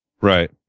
Right